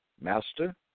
Master